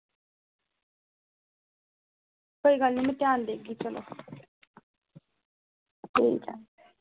कोई गल्ल निं में ध्यान देगी चलो कोई गल्ल निं